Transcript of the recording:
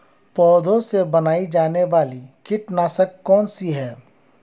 पौधों से बनाई जाने वाली कीटनाशक कौन सी है?